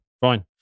Fine